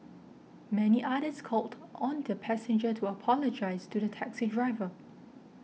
many others called on the passenger to apologise to the taxi driver